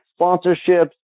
sponsorships